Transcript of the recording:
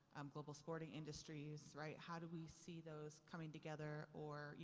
global sporting industries, right. how do we see those coming together, or, you